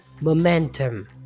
momentum